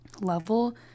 level